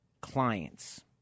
clients